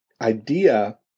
idea